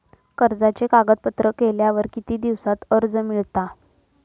कर्जाचे कागदपत्र केल्यावर किती दिवसात कर्ज मिळता?